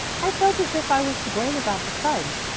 i felt as if i was to blame about the fudge.